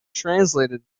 translated